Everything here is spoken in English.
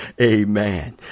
Amen